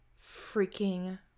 freaking